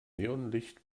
neonlicht